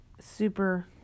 super